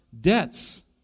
debts